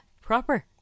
proper